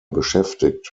beschäftigt